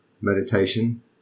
meditation